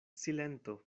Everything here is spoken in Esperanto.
silento